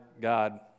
God